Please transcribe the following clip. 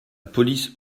police